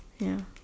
ya